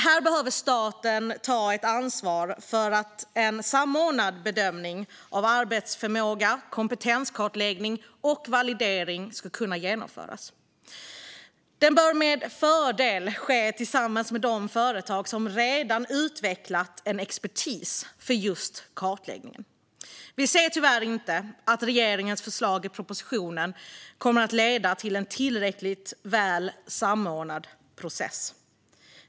Här behöver staten ta ett ansvar för att en samordnad bedömning av arbetsförmåga, kompetenskartläggning och validering ska kunna genomföras. Den bör med fördel ske tillsammans med de företag som redan utvecklat en expertis för just kartläggning. Vi ser tyvärr inte att regeringens förslag i propositionen kommer att leda till en tillräckligt väl samordnad process.